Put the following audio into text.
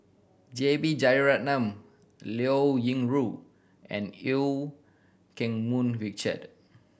J B Jeyaretnam Liao Yingru and Eu Keng Mun Richard